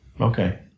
Okay